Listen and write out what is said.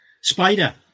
Spider